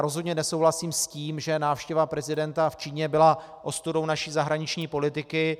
Rozhodně nesouhlasím s tím, že návštěva prezidenta v Číně byla ostudou naší zahraniční politiky.